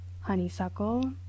honeysuckle